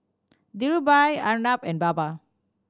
Dhirubhai Arnab and Baba